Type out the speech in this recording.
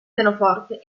pianoforte